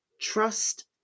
trust